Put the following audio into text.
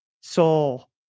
soul